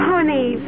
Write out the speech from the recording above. Honey